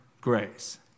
grace